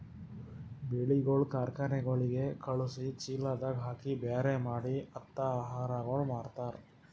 ಬೆಳಿಗೊಳ್ ಕಾರ್ಖನೆಗೊಳಿಗ್ ಖಳುಸಿ, ಚೀಲದಾಗ್ ಹಾಕಿ ಬ್ಯಾರೆ ಮಾಡಿ ಮತ್ತ ಆಹಾರಗೊಳ್ ಮಾರ್ತಾರ್